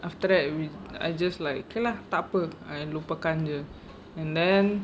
after that we I just like okay lah takpe I lupakan jer and then